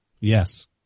Yes